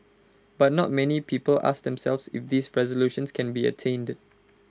but not many people ask themselves if these resolutions can be attained